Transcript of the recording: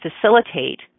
facilitate